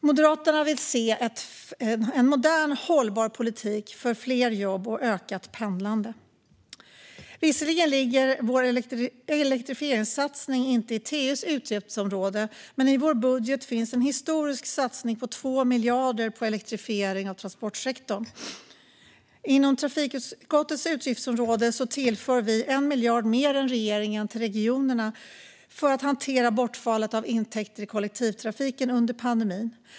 Moderaterna vill se en modern hållbar politik för fler jobb och ökat pendlande. Visserligen ligger vår elektrifieringssatsning inte i trafikutskottets utgiftsområde, men i vår budget finns en historisk satsning på 2 miljarder på elektrifiering av transportsektorn. Inom trafikutskottets utgiftsområde tillför vi 1 miljard mer än regeringen till regionerna som kompensation för bortfallet av intäkter i kollektivtrafiken under pandemin.